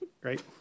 Great